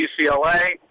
UCLA